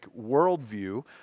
worldview